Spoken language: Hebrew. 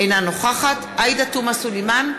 אינה נוכחת עאידה תומא סלימאן,